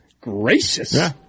Gracious